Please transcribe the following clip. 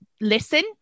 listen